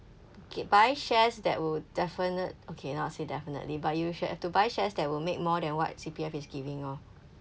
okay buy shares that will definite~ okay not to say definitely but you should have to buy shares that will make more than what C_P_F is giving lor